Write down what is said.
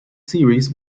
series